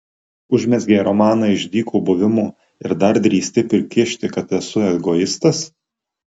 užmezgei romaną iš dyko buvimo ir dar drįsti prikišti kad esu egoistas